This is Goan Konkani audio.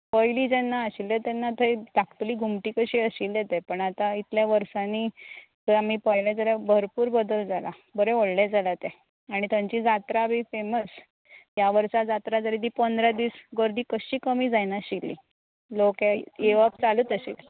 पयलीं जेन्ना आशिल्लें तेन्ना धाकटुली घुमटी कशी आशिल्लें तें जाल्यार आतां आमी इतल्या वर्सांनी पळयलें थंय आमी पळयलें जाल्यार भरपूर बदल जाला बरें व्हडलें जालां तें आनी तांची जात्रा बी फेमस ह्या वर्सा जात्रा जाली ती पंदरा दीस गर्दी कशी कमी जाय नाशिल्ली लोक ए येवप चालूच आशिल्लें